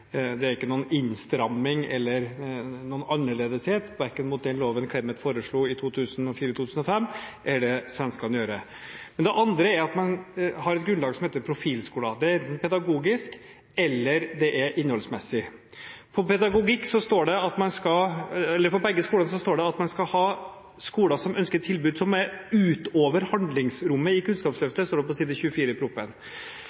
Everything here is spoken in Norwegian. Det er ikke noen innstramming eller noen annerledeshet, verken i forhold til den loven Clemet foreslo i 2004–2005, eller i forhold til det svenskene gjør. Men det andre er at man har et grunnlag som heter profilskoler. Det er pedagogisk, eller det er innholdsmessig. For begge skolene står det at man skal ha «skoler som ønsker et tilbud utover handlingsrommet i Kunnskapsløftet». Det står det på side 24 i proposisjonen. Hvilken pedagogikk er det som er utover handlingsrommet i Kunnskapsløftet, all den tid det